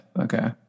Okay